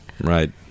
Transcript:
Right